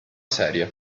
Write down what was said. serie